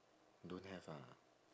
don't have ah